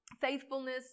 faithfulness